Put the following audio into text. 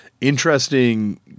interesting